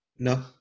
No